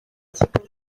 kigali